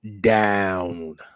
down